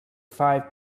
five